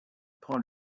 prend